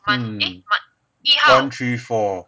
mm one three four